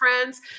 friends